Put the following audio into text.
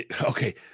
Okay